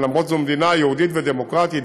אף שזו מדינה יהודית ודמוקרטית,